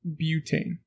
butane